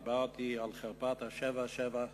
דיברתי על חרפת ה-777,